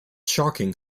shocking